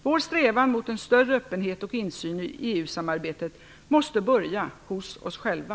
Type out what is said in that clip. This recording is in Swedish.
Vår strävan mot en större öppenhet och insyn i EU samarbetet måste börja hos oss själva.